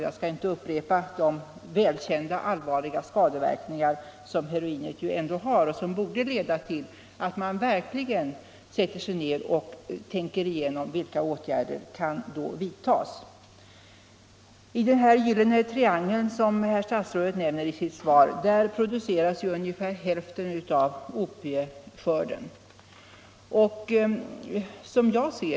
Jag skall inte upprepa de välkända, allvarliga skadeverkningar som heroinet har och som borde leda till att man verkligen sätter sig ner och tänker igenom vilka åtgärder som kan vidtas. I den s.k. gyllene triangeln, som statsrådet nämner i sitt svar, produceras ungefär hälften av opieskörden.